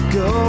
go